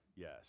Yes